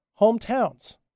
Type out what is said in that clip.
Hometowns